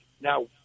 now